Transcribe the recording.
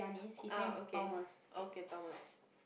ah okay okay Thomas